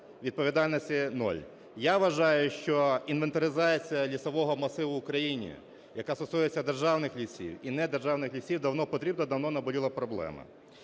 відповідальності нуль. Я вважаю, що інвентаризація лісового масиву в Україні, яка стосується державних лісів і недержавних лісів, давно потрібна, давно наболіла проблема.